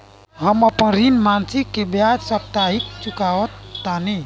हम अपन ऋण मासिक के बजाय साप्ताहिक चुकावतानी